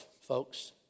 folks